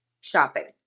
shopping